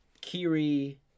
Kiri